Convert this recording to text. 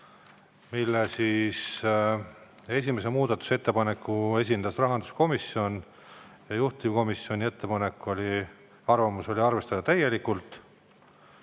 Esimese muudatusettepaneku esitas rahanduskomisjon ja juhtivkomisjoni ettepanek, arvamus oli arvestada seda täielikult.